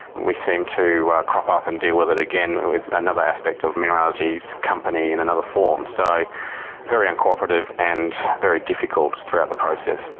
we seem to crop up and deal with it again with another aspect of mineralogy's company in another form so very uncooperative and very difficult throughout the process.